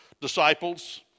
disciples